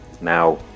now